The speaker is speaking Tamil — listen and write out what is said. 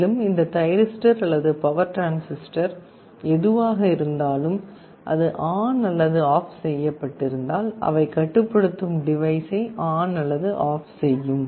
மேலும் இந்த தைரிஸ்டர் அல்லது பவர் டிரான்சிஸ்டர் எதுவாக இருந்தாலும் அது ஆன் அல்லது ஆப் செய்யப்பட்டிருந்தாலும் அவை கட்டுப்படுத்தும் டிவைஸை ஆன் அல்லது ஆப் செய்யும்